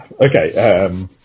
Okay